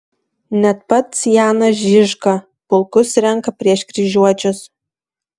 net pats janas žižka pulkus renka prieš kryžiuočius